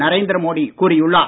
நரேந்திர மோடி கூறியுள்ளார்